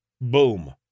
Boom